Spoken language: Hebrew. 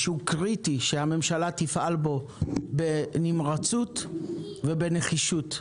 ושקריטי שהממשלה תפעל בו בנמרצות ובנחישות.